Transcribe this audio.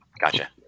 Gotcha